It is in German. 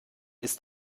ist